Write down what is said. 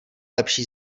lepší